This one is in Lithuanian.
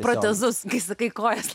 protezus kai sakai kojas